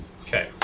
Okay